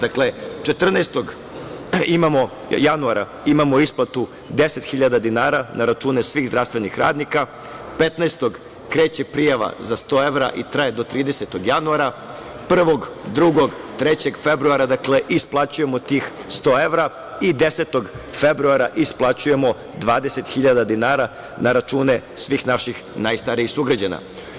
Dakle, 14. januara imamo isplatu 10.000 dinara na račune svih zdravstvenih radnika, 15. kreće prijava za 100 evra i traje do 30. januara, 1, 2. i 3. februara isplaćujemo tih 100 evra i 10. februara isplaćujemo 20.000 dinara na račune svih naših najstarijih sugrađana.